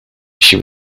she